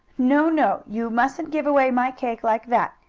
no, no! you musn't give away my cake like that,